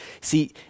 See